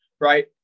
right